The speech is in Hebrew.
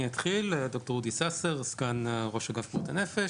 אני סגן ראש אגף בריאות הנפש.